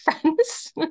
friends